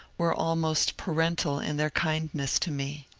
were almost parental in their kindness to me.